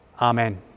Amen